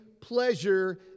pleasure